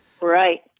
Right